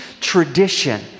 tradition